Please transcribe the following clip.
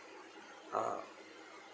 ah